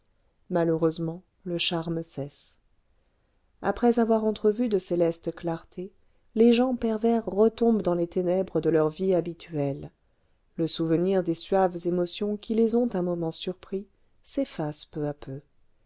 malheureusement le charme cesse après avoir entrevu de célestes clartés les gens pervers retombent dans les ténèbres de leur vie habituelle le souvenir des suaves émotions qui les ont un moment surpris s'efface peu à peu